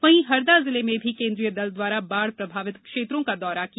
वहीं हरदा जिले में भी केन्द्रीय दल द्वारा बाढ़ प्रभावित क्षेत्रो का दौरा किया